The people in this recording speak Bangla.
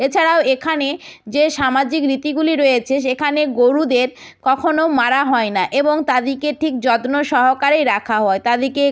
এছাড়াও এখানে যে সামাজিক রীতিগুলি রয়েচে সেখানে গরুদের কখনো মারা হয় না এবং তাদিকে ঠিক যত্ন সহকারেই রাখা হয় তাদিকে